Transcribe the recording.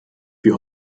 wir